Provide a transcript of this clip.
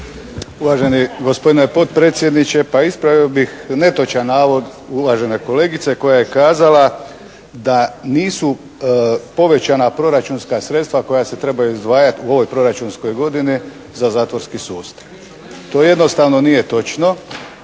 Uvaženi gospodine potpredsjedniče! Pa, ispravio bi netočan navod uvažene kolegice koja je kazala da nisu povećana proračunska sredstva koja se trebaju izdvajati u ovoj proračunskoj godini za zatvorski sustav. To jednostavno nije točno.